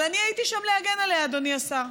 אבל אני הייתי שם להגן עליה, אדוני השר,